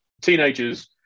teenagers